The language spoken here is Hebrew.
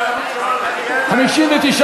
לשנת התקציב 2016, בדבר הפחתת תקציב לא נתקבלו.